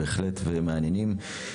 תודה רבה לך, דברי חוכמה בהחלט ומעניינים.